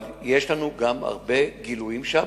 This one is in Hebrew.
אבל יש לנו גם הרבה גילויים שם,